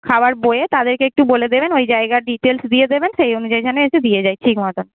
খাওয়ার বয়ে তাদেরকে একটু বলে দেবেন ওই জায়গার ডিটেলস দিয়ে দেবেন সে অনুযায়ী যেন এসে দিয়ে যায় ঠিক মতন